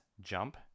jump